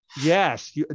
Yes